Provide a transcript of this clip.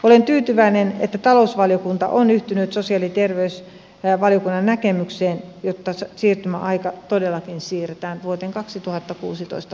olen tyytyväinen että talousvaliokunta on yhtynyt sosiaali ja terveysvaliokunnan näkemykseen jotta siirtymäaika todellakin siirretään vuoden kaksituhattakuusitoista